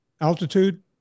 altitude